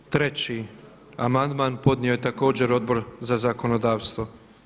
Treći amandman podnio je također Odbor za zakonodavstvo.